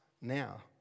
now